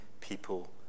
people